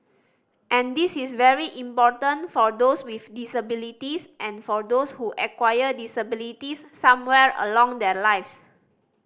and this is very important for those with disabilities and for those who acquire disabilities somewhere along their lives